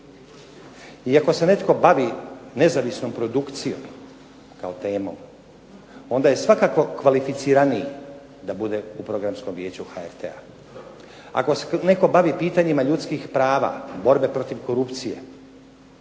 I ako se netko bavi nezavisnom produkcijom kao temom onda je svakako kvalificiraniji da bude u Programskom vijeću HRT-a. Ako se netko bavi pitanjima ljudskih prava, borbe protiv korupcije,